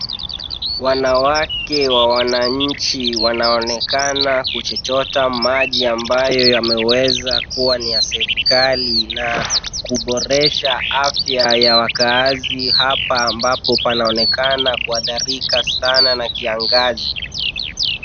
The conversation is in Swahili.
Wanawake wa wananchi wanaonekana kuchota maji ambayo yameweza kuwa ni ya serikali na kuboresha afya ya wakaazi hapa, ambapo panaonekana kuathirika sana na kiangazi.